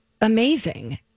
amazing